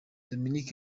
dominic